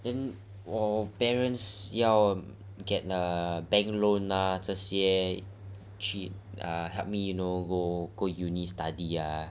then 我 parents 要 get a bank loan ah 这些去 help me you know go uni study ah